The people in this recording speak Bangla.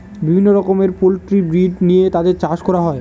বিভিন্ন রকমের পোল্ট্রি ব্রিড নিয়ে তাদের চাষ করা হয়